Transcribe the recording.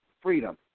freedom